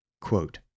Quote